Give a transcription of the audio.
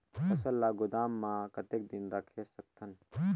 फसल ला गोदाम मां कतेक दिन रखे सकथन?